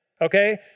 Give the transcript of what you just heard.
okay